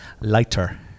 lighter